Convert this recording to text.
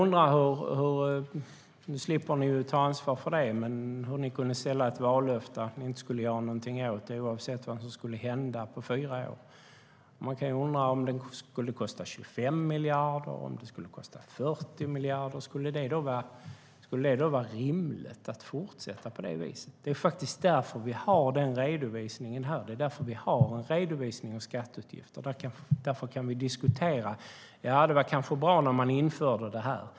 Nu slipper ni ta ansvar för det. Men frågan är hur ni kunde ställa ut ett vallöfte att inte göra någonting åt det oavsett vad som skulle hända på fyra år. Man kan undra hur det skulle vara om den skulle kosta 25 miljarder eller 40 miljarder. Skulle det då vara rimligt att fortsätta på det viset? Det är därför vi har den redovisningen här av skatteutgifter. Vi kan därför diskutera dem. Det var kanske bra när man införde det.